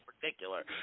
particular